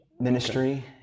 Ministry